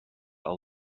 all